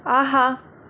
ஆஹா